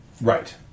Right